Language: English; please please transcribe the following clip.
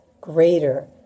greater